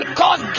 cause